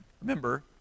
Remember